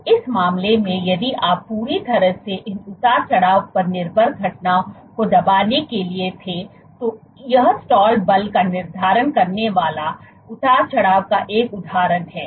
तो इस मामले में यदि आप पूरी तरह से इन उतार चढ़ाव पर निर्भर घटना को दबाने के लिए थे तो यह स्टाल बल का निर्धारण करने वाले उतार चढ़ाव का एक उदाहरण है